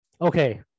Okay